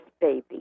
baby